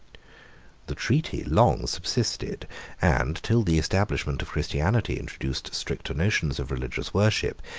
the treaty long subsisted and till the establishment of christianity introduced stricter notions of religious worship,